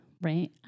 Right